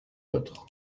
l’autre